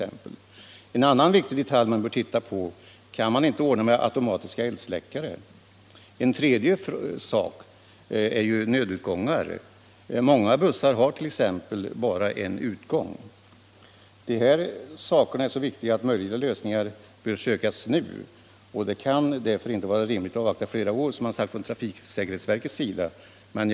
En annan viktig detalj gäller möjligheten att skaffa automatiska eldsläckare. En tredje sak är frågan om nödutgångar. De här sakerna är så viktiga att möjliga lösningar bör sökas nu. Det kan därför inte vara rimligt att avvakta flera år så som trafiksäkerhetsverket har sagt.